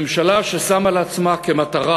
ממשלה ששמה לעצמה כמטרה,